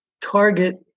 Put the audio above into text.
target